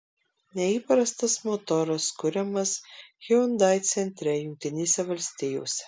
neįprastas motoras kuriamas hyundai centre jungtinėse valstijose